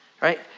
right